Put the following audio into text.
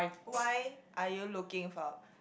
why are you looking for